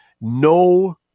no